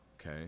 okay